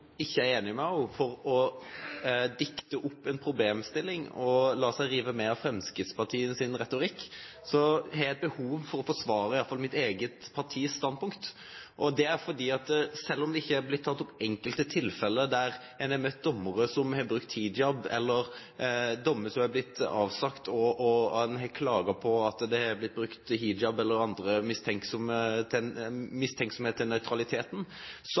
ikke er enige med henne, for å dikte opp en problemstilling og la seg rive med av Fremskrittspartiets retorikk, så har jeg et behov for å forsvare mitt eget partis standpunkt. Selv om det ikke er blitt tatt opp enkelttilfeller der en har møtt dommere som har brukt hijab, eller dommer som har blitt avsagt og klaget på for at det er blitt brukt hijab eller man har vært mistenksom når det gjelder nøytraliteten, så